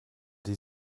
die